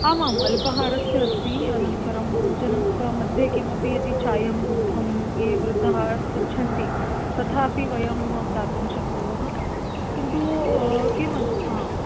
आमाम् अल्पाहारस्य अस्ति अनन्तरं भोजनस्य मध्ये किमपि यदि चायं दुग्धं ये वृद्धाः पृच्छन्ति तथापि वयं दातुं श्कनुमः किन्तु किमस्ति हा